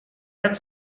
jak